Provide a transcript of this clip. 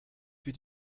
für